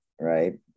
right